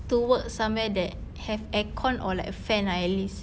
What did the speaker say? to work somewhere that have aircon or like a fan lah at least